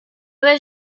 that